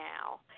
now